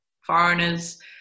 foreigners